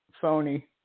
phony